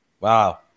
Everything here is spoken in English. Wow